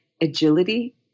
agility